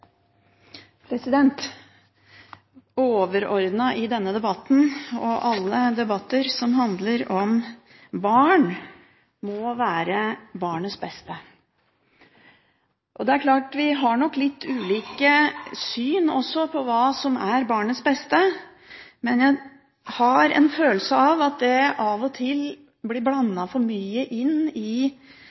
i denne debatten – og i alle debatter som handler om barn – må være barnets beste. Det er klart at vi har nok litt ulikt syn på hva som er barnets beste, men jeg har en følelse av at det av og til blir blandet for mye inn i